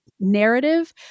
Narrative